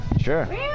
Sure